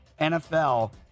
NFL